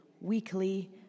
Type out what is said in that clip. weekly